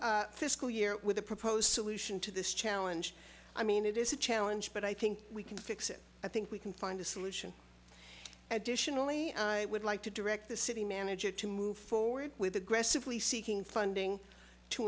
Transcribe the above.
fiscal year with a proposed solution to this challenge i mean it is a challenge but i think we can fix it i think we can find a solution dition only i would like to direct the city manager to move forward with aggressively seeking funding to